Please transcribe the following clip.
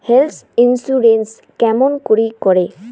Health insurance কেমন করি করে?